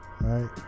right